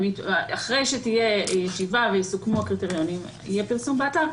אחרי שתהיה ישיבה ויסוכמו הקריטריונים יהיה פרסום באתר,